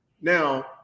Now